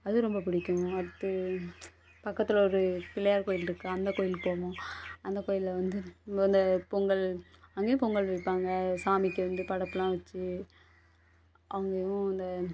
அது ரொம்ப பிடிக்கும் அடுத்தது பக்கத்தில் ஒரு பிள்ளையார் கோவில் இருக்குது அந்த கோவிலுக்கு போவோம் அந்த கோவில்ல வந்து நம்ம இந்த பொங்கல் அங்கேயும் பொங்கல் வைப்பாங்க சாமிக்கு வந்து படைப்புலாம் வச்சி அங்கேயும் இந்த